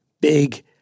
big